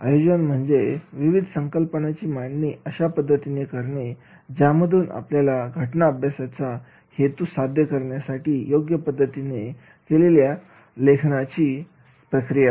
आयोजन म्हणजे विविध संकल्पनाची मांडणी अशापद्धतीने करणे ज्यामधून आपला घटना अभ्यासाचा हेतू साध्य करण्यासाठी योग्य पद्धतीने केलेली लिखाणाची प्रक्रिया